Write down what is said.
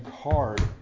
card